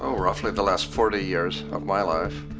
so roughly the last forty years of my life